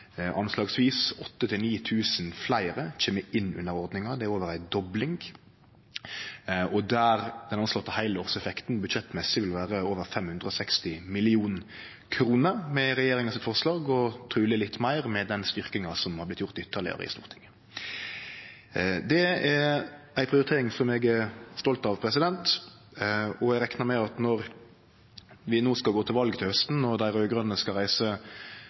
anslagsvis 8 000–9 000 fleire kjem inn under ordninga, som er over ei dobling, og der den anslåtte heilårseffekten budsjettmessig vil vere over 560 mill. kr med regjeringa sitt forslag, truleg litt meir med den styrkinga som har blitt gjort ytterlegare i Stortinget. Det er ei prioritering som eg er stolt av, og eg reknar med at når vi no skal gå til val til hausten og dei raud-grøne skal reise